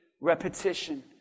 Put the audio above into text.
repetition